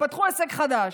פתחו עסק חדש,